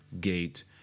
gate